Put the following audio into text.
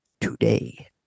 today